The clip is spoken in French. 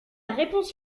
réponse